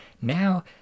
now